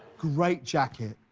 great jacket,